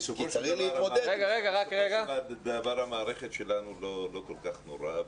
בסופו של דבר המערכת שלנו לא כל כך נוראה.